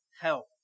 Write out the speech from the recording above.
help